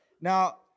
Now